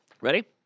ready